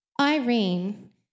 Irene